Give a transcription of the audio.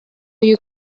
you